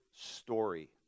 story